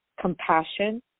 compassion